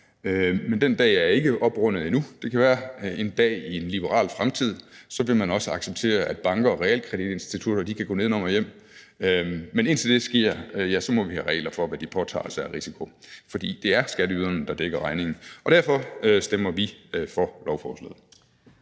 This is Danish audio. men den dag er ikke oprundet endnu. Det kan være, at man en dag i en liberal fremtid også vil acceptere, at banker og realkreditinstitutter kan gå nedenom og hjem. Men indtil det sker, må vi have regler for, hvad de påtager sig af risiko, for det erskatteyderne, der dækker regningen, og derfor stemmer vi for lovforslaget.